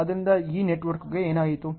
ಆದ್ದರಿಂದ ಈ ನೆಟ್ವರ್ಕ್ಗೆ ಏನಾಯಿತು